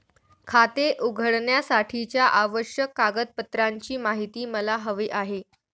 खाते उघडण्यासाठीच्या आवश्यक कागदपत्रांची माहिती मला हवी आहे